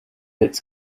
its